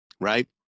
Right